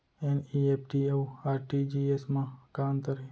NEFT अऊ RTGS मा का अंतर हे?